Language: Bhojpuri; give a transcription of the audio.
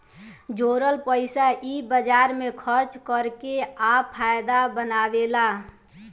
जोरल पइसा इ बाजार मे खर्चा कर के आ फायदा बनावेले